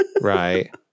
Right